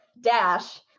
Dash